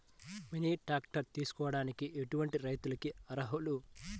Mini tractor తీసుకోవడానికి ఎటువంటి రైతులకి అర్హులు?